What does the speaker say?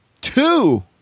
Two